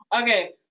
Okay